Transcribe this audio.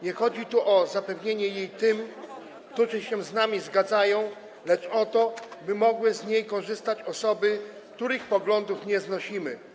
Nie chodzi tu o zapewnienie jej tym, którzy się z nami zgadzają, lecz o to, by mogły z niej korzystać osoby, których poglądów nie znosimy.